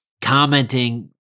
commenting